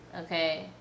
Okay